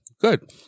Good